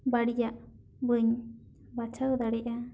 ᱵᱟᱹᱲᱤᱡᱟᱜ ᱵᱟᱹᱧ ᱵᱟᱪᱷᱟᱣ ᱫᱟᱲᱮᱭᱟᱜᱼᱟ